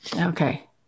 okay